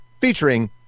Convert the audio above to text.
Featuring